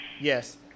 Yes